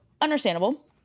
Understandable